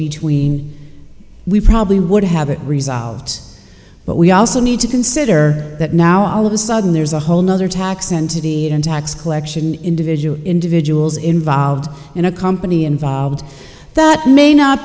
between we probably would have it resolved but we also need to consider that now all of a sudden there's a whole nother tax entity and tax collection individual individuals involved in a company involved that may not